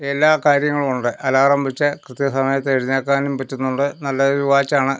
എല്ലാ കാര്യങ്ങളും ഉണ്ട് അലാറം വെച്ചാൽ കൃത്യ സമയത്ത് എഴുന്നേൽക്കാനും പറ്റുന്നുണ്ട് നല്ലൊരു വാച്ച് ആണ്